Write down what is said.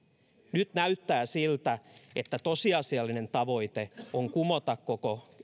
nyt näyttää siltä että tosiasiallinen tavoite on kumota koko